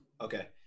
okay